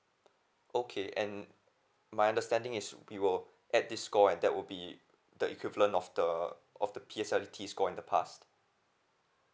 okay and my understanding is we will add this score and that would be the equivalent of the of the P_S_L_E score in the past